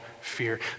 fear